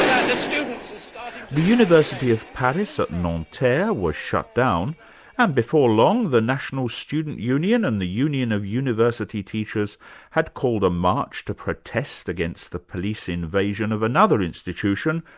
um the university of paris at nanterre was shut down and before long the national student union and the union of university teachers had called a march to protest against the police invasion of another institution,